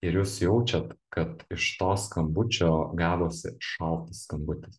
ir jūs jaučiat kad iš to skambučio gavosi šaltas skambutis